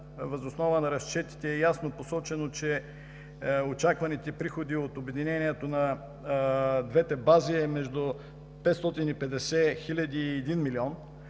въз основа на разчетите, е ясно посочено за, че очакваните приходи от обединението на двете бази е между 550 хиляди и 1 милион,